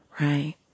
right